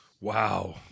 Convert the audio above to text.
Wow